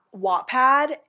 Wattpad